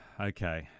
okay